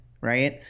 right